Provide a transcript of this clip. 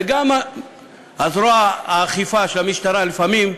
וגם זרוע האכיפה של המשטרה לפעמים,